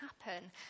happen